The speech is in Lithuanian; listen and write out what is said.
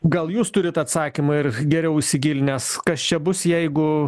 gal jūs turit atsakymą ir geriau įsigilinęs kas čia bus jeigu